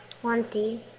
Twenty